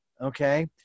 Okay